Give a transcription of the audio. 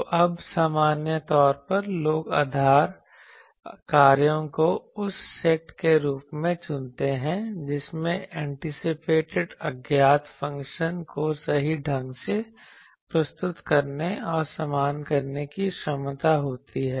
तो अब सामान्य तौर पर लोग आधार कार्यों को उस सेट के रूप में चुनते हैं जिसमें एंटीसिपेटेड अज्ञात फ़ंक्शन को सही ढंग से प्रस्तुत करने और समान करने की क्षमता होती है